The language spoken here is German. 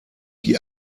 die